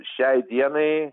šiai dienai